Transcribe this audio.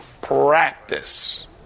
practice